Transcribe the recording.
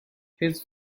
his